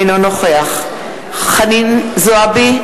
אינו נוכח חנין זועבי,